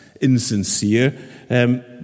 insincere